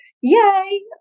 Yay